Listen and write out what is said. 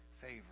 favor